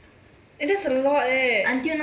eh that's a lot eh